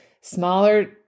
smaller